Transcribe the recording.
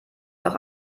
noch